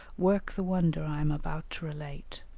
work the wonder i am about to relate.